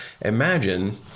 Imagine